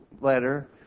letter